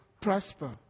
prosper